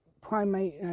primate